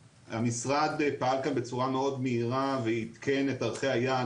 המשרד פעל כאן בצורה מאוד מהירה ועדכן את ערכי היעד